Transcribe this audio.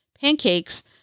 pancakes